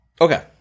Okay